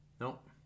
Nope